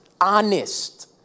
honest